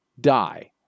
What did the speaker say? die